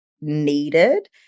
needed